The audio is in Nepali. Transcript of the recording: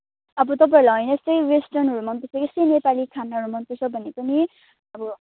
अब तपाईँहरूलाई होइन यस्तै वेस्टर्नहरू मन पर्छ कि यस्तै नेपाली खानाहरू मन पर्छ भनेको नि अब